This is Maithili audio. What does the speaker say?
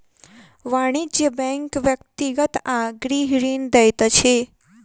वाणिज्य बैंक व्यक्तिगत आ गृह ऋण दैत अछि